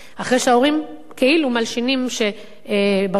אחרי שההורים כאילו "מלשינים" שברשימה